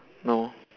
no